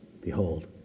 behold